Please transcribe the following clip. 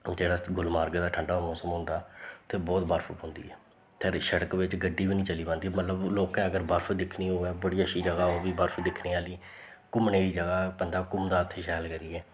जेह्ड़ा गुलमर्ग दा ठंडा मौसम होंदा ते बोह्त बर्फ पौंदी ऐ ते शड़क बिच्च गड्डी बी नी चली पांदी मतलब लोकें अगर बर्फ दिक्खनी होऐ बड़ी अच्छी जगह् ऐ ओह् बी बर्फ दिक्खने आह्ली घूमने गी जगह् बंदा घूमदा उत्थें शैल करियै